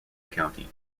county